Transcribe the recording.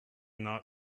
not